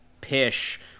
pish